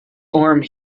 orm